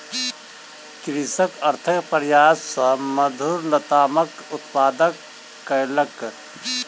कृषक अथक प्रयास सॅ मधुर लतामक उत्पादन कयलक